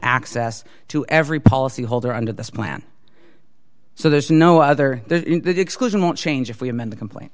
access to every policy holder under this plan so there's no other exclusion won't change if we amend the complain